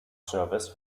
service